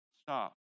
stop